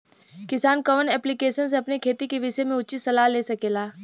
किसान कवन ऐप्लिकेशन से अपने खेती के विषय मे उचित सलाह ले सकेला?